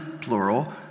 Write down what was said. plural